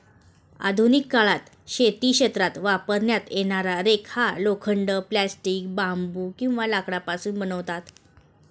आधुनिक काळात शेती क्षेत्रात वापरण्यात येणारा रेक हा लोखंड, प्लास्टिक, बांबू किंवा लाकडापासून बनवतात